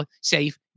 safe